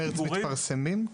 הם מתפרסמים?